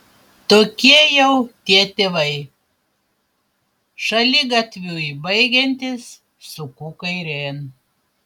tokie jau tie tėvai šaligatviui baigiantis suku kairėn